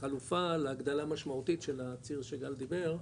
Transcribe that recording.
חלופה להגדלה משמעותית של הציר שגל דיבר,